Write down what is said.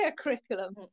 curriculum